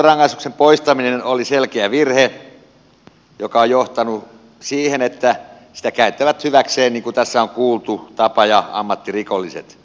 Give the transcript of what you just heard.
muuntorangaistuksen poistaminen oli selkeä virhe joka on johtanut siihen että sitä käyttävät hyväkseen niin kuin tässä on kuultu tapa ja ammattirikolliset